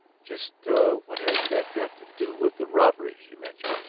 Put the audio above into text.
just what has that got to do with the robberies you mention?